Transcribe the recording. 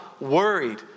worried